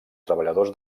treballadors